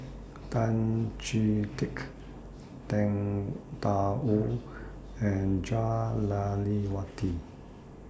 Tan Chee Teck Tang DA Wu and Jah Lelawati